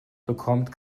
bekommt